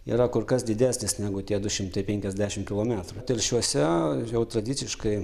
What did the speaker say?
yra kur kas didesnis negu tie du šimtai penkiasdešim kilometrų telšiuose jau tradiciškai